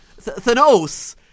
Thanos